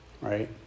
right